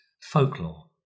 folklore